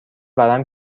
ورم